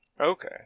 Okay